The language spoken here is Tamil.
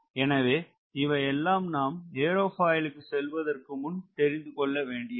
எனவே இவை எல்லாம் நாம் ஏரோபாயிலுக்கு செல்வதற்கு முன் தெரிந்து கொள்ள வேண்டியவை